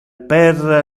père